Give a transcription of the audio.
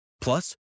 Plus